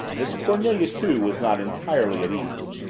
miss cornelia, too, was not entirely at ease.